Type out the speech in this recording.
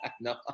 No